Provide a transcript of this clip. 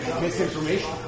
misinformation